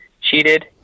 cheated